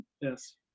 Yes